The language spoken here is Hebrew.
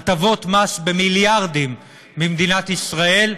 הטבות מס במיליארדים ממדינת ישראל,